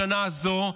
השנה הזאת,